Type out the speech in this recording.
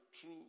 true